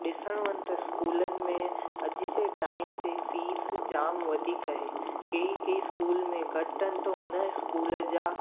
ॾिसणु वञु त इस्कूलनि में अॼु जे टाइम ते फीस जामु वधीक आहे केई केई इस्कूल में घटि आहिनि त उन इस्कूल जा